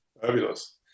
Fabulous